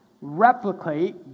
replicate